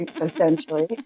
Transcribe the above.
essentially